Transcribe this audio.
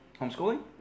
Homeschooling